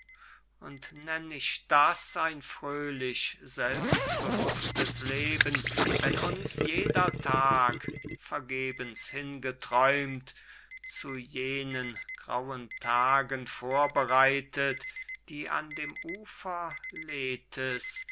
und nenn ich das ein fröhlich selbstbewußtes leben wenn uns jeder tag vergebens hingeträumt zu jenen grauen tagen vorbereitet die an dem ufer lethe's